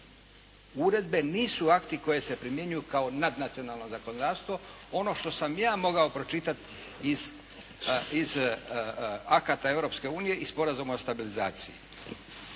Uredbe nisu akti koji se primjenjuju kao nadnacionalno zakonodavstvo. Ono što sam ja mogao pročitati iz akata Europske unije i Sporazuma o stabilizaciji.